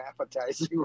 appetizing